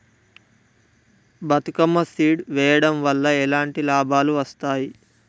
Bathukamma seed వెయ్యడం వల్ల ఎలాంటి లాభాలు వస్తాయి?